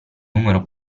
numero